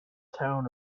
town